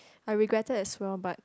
I regretted as well but